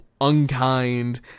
unkind